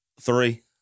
three